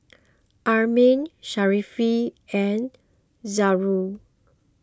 Amrin Sharifah and Zamrud